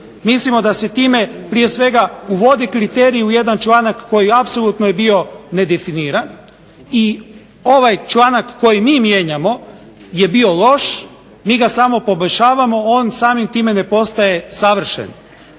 mislimo da se time prije svega uvodi kriterij u jedan članak koji apsolutno je bio nedefiniran i ovaj članak koji mi mijenjamo je bio loš, mi ga samo poboljšavamo, on samim time ne postaje savršen.